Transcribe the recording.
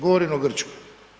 Govorim o Grčkoj.